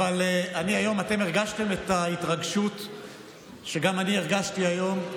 אבל היום אתם הרגשתם את ההתרגשות שגם אני הרגשתי היום,